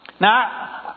Now